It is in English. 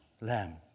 lamb